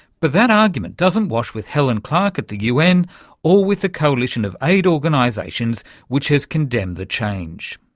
but that argument doesn't wash with helen clarke at the un or with the coalition of aid organisations which has condemned the change.